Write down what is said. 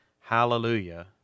Hallelujah